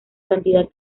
cantidad